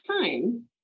time